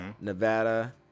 nevada